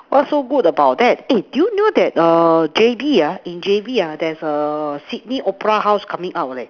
what's so good about that eh do you know that err J_B ah in J_B ah there's a Sydney opera house coming out like